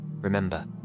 Remember